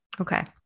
Okay